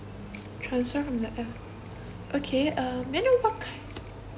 transfer from the app okay um may I know what kind